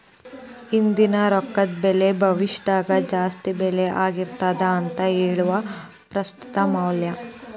ಇಂದಿನ ರೊಕ್ಕದ ಬೆಲಿ ಭವಿಷ್ಯದಾಗ ಜಾಸ್ತಿ ಬೆಲಿ ಆಗಿರ್ತದ ಅಂತ ಹೇಳುದ ಪ್ರಸ್ತುತ ಮೌಲ್ಯ